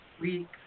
week